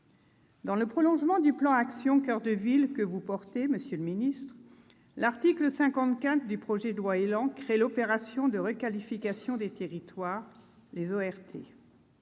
Dans le prolongement du plan « Action coeur de ville » que vous portez, monsieur le ministre, l'article 54 du projet de loi ÉLAN tend à créer l'opération de requalification de territoire. Cet